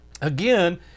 again